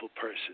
person